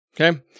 Okay